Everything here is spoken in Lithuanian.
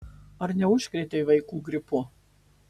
ar neužkrėtei vaikų gripu